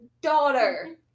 daughter